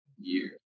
year